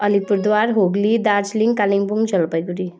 Alipurduar Hooghly Darjeeling Kalimpong Jalpaiguri